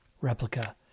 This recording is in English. replica